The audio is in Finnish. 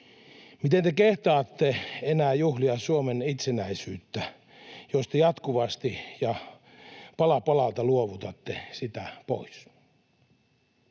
miten te kehtaatte enää juhlia Suomen itsenäisyyttä, jos te jatkuvasti ja pala palalta luovutatte sitä pois?